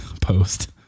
post